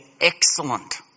excellent